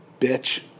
bitch